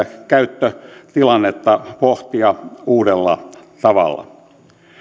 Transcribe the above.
käyttötilannetta pohtia uudella tavalla